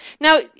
Now